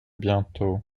bientôt